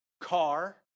car